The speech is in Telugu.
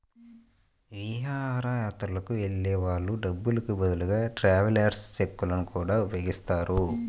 విహారయాత్రలకు వెళ్ళే వాళ్ళు డబ్బులకు బదులుగా ట్రావెలర్స్ చెక్కులను గూడా ఉపయోగిస్తారు